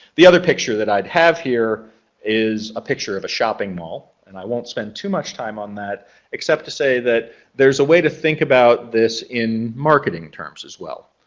the other picture that i'd have here is a picture of a shopping mall and i won't spend too much time on that except to say that there's a way to think about this in marketing terms, as well.